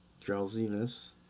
drowsiness